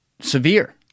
severe